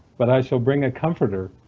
but i shall bring a comforter,